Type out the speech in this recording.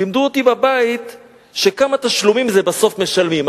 אז למה אתם באמת חושבים שהפלסטינים צריכים להרים ידיים אחרי 60 שנה?